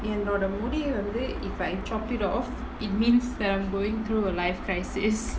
என்னோட முடி வந்து:ennoda mudi vanthu if I chop it off it means that I'm going through a life crisis